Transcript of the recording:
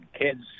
kids